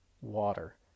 water